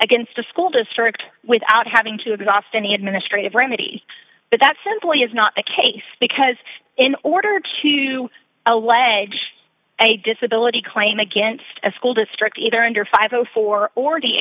against a school district without having to exhaust any administrative remedy but that simply is not the case because in order to allege a disability claim against a school district either under five o four or